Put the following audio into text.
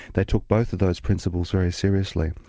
they took both of those principles very seriously.